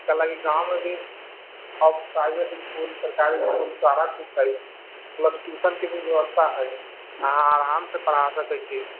हालाँकि गाँवमे भी अब प्राइवेट इसकुल सारा कुछ हइ प्लस ट्यूशनके भी व्यवस्था हइ अहाँ आराम से पढ़ा सकैत छी